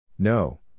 No